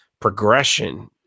progression